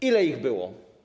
Ile ich było?